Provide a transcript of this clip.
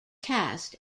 cast